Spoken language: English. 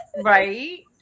right